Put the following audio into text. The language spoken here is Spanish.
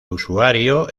usuario